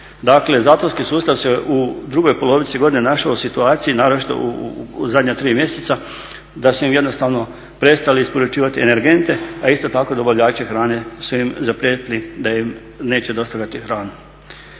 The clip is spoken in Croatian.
Dakle zatvorski sustav se u drugoj polovici godine našao u situaciji naročito u zadnja tri mjeseca da su im jednostavno prestali isporučivati energente, a isto tako dobavljači hrane su im zaprijetili da im neće dostavljati hranu.